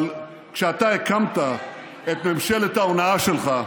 אבל כשאתה הקמת את ממשלת ההונאה שלך,